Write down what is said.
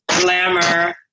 glamour